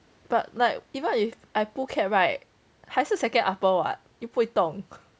but like even if I pull CAP right 还是 second upper what 又不会动